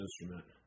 instrument